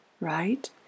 right